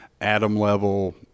Atom-level